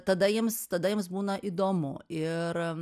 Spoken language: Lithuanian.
tada jiems tada jiems būna įdomu ir